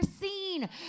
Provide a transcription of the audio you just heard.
seen